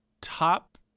top